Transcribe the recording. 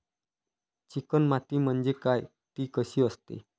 Chicken माती म्हणजे काय? ति कशी असते?